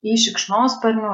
į šikšnosparnių